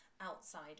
outside